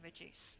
reduce